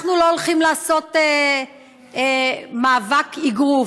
שאנחנו לא הולכים לעשות מאבק אגרוף,